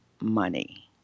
money